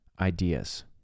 Ideas